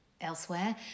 elsewhere